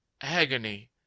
Agony